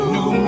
New